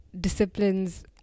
disciplines